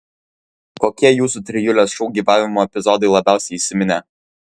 kokie jūsų trijulės šou gyvavimo epizodai labiausiai įsiminė